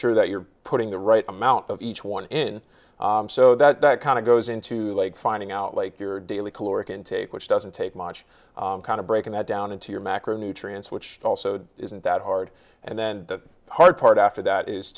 sure that you're putting the right amount of each one in so that that kind of goes into like finding out like your daily caloric intake which doesn't take much kind of breaking that down into your macronutrients which also isn't that hard and then the hard part after that is